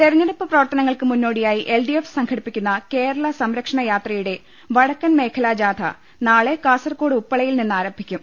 തെരഞ്ഞെടുപ്പ് പ്രവർത്തനങ്ങൾക്ക് മുന്നോടിയായി എൽ ഡി എഫ് സംഘടിപ്പിക്കുന്ന കേരള സംരക്ഷണ യാത്രയുടെ വടക്കൻ മേഖലാജാഥ നാളെ കാസർക്കോട് ഉപ്പളയിൽ നിന്നാരംഭിക്കും